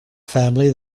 family